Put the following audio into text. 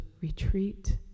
retreat